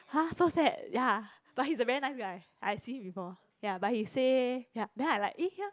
!huh! so sad ya but he's a very nice guy I see him before ya but he say ya then I like eh ya